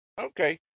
okay